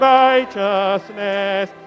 righteousness